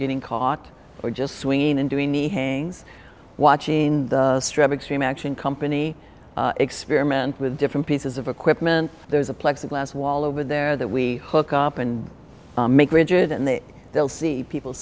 getting caught or just swinging and doing knee hangs watching the strap extreme action company experiment with different pieces of equipment there's a plexiglas wall over there that we hook up and make rigid and then they'll see people